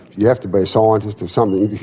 you have to be a scientist or something.